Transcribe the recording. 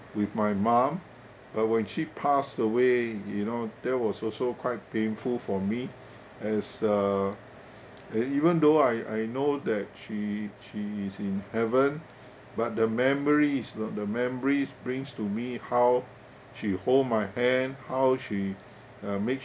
with my mum but when she passed away you know that was also quite painful for me as uh uh even though I I know that she she is in heaven but the memories you know the memories brings to me how she hold my hand how she uh make